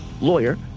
lawyer